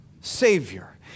Savior